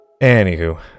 Anywho